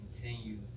continue